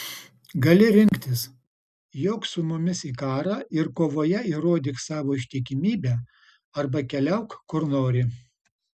gali rinktis jok su mumis į karą ir kovoje įrodyk savo ištikimybę arba keliauk kur nori